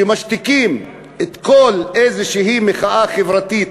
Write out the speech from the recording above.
שמשתיקים כל איזושהי מחאה חברתית